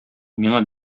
миңа